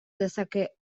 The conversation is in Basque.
dezake